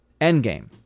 Endgame